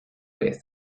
vez